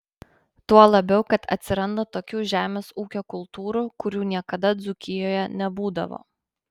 tuo labiau kad atsiranda tokių žemės ūkio kultūrų kurių niekada dzūkijoje nebūdavo